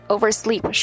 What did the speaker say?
Oversleep